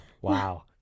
Wow